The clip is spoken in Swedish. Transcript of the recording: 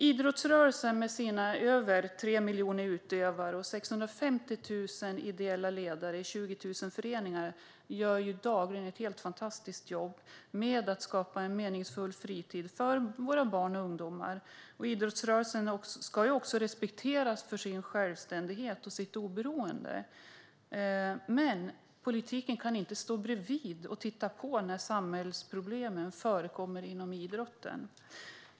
Idrottsrörelsen med sina över 3 miljoner utövare och 650 000 ideella ledare i 20 000 föreningar gör dagligen ett helt fantastiskt jobb med att skapa en meningsfull fritid för våra barn och ungdomar. Idrottsrörelsen ska också respekteras för sin självständighet och sitt oberoende. Men politiken kan inte stå bredvid och titta på när samhällsproblem förekommer inom idrotten.